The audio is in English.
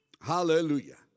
Hallelujah